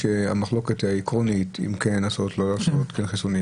כך שהם יהיו באתר הוועדה וחברי הכנסת יוכלו לקרוא